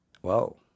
Whoa